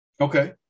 Okay